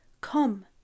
Come